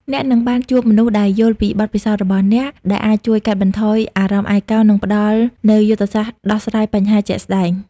អ្នកនឹងបានជួបមនុស្សដែលយល់ពីបទពិសោធន៍របស់អ្នក ដែលអាចជួយកាត់បន្ថយអារម្មណ៍ឯកោ និងផ្តល់នូវយុទ្ធសាស្ត្រដោះស្រាយបញ្ហាជាក់ស្តែង។